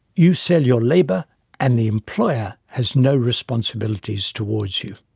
you sell your labour and the employer has no responsibilities towards you.